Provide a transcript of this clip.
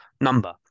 number